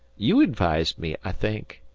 you advised me, i think.